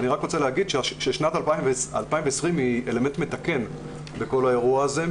אני רק רוצה לומר ששנת 2020 היא אלמנט מתקן בכל האירוע הזה.